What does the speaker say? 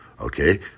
okay